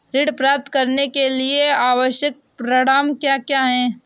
ऋण प्राप्त करने के लिए आवश्यक प्रमाण क्या क्या हैं?